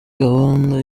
gahunda